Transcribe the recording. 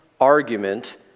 argument